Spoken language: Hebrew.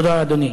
תודה, אדוני.